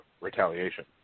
retaliation